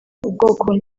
ubwoko